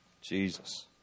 Jesus